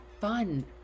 fun